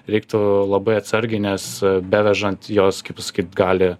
reiktų labai atsargiai nes bevežant jos kaip pasakyt gali